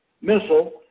missile